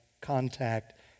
contact